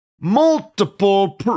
multiple